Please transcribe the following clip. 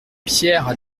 pierres